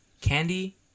Candy